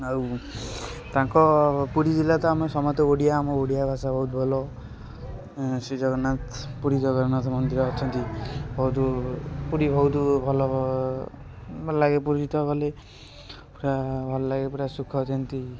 ଆଉ ତାଙ୍କ ପୁରୀ ଜିଲ୍ଲା ତ ଆମେ ସମସ୍ତେ ଓଡ଼ିଆ ଆମ ଓଡ଼ିଆ ଭାଷା ବହୁତ ଭଲ ଶ୍ରୀଜଗନ୍ନାଥ ପୁରୀ ଜଗନ୍ନାଥ ମନ୍ଦିର ଅଛନ୍ତି ବହୁତ ପୁରୀ ବହୁତ ଭଲ ଭଲ ଲାଗେ ପୁରୀ ତ ଗଲେ ପୂରା ଭଲ ଲାଗେ ପୂରା ସୁଖ ଯେମତି